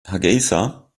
hargeysa